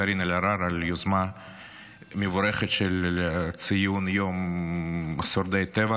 אלהרר על היוזמה המבורכת של ציון יום שורדי הטבח.